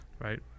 right